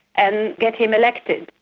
and get him elected.